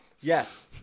Yes